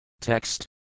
Text